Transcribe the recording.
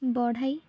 ବଢ଼ାଇ